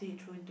mm